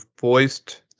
voiced